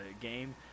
game